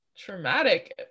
traumatic